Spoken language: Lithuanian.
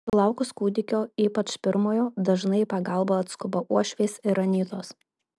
sulaukus kūdikio ypač pirmojo dažnai į pagalbą atskuba uošvės ir anytos